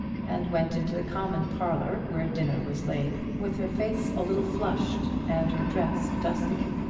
and went into the common parlour, where dinner was laid, with her face a little flushed, and her dress dusty.